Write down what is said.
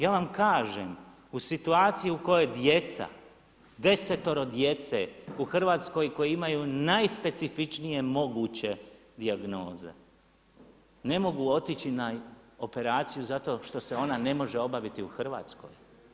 Ja vam kažem u situaciji u kojoj djeca, 10-toro djece u Hrvatskoj koji imaju najspecifičnije moguće dijagnoze ne mogu otići na operaciju zato što se ona ne može obaviti u Hrvatskoj.